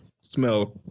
smell